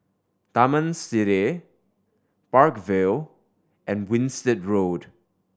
Taman Sireh Park Vale and Winstedt Road